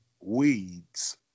Weeds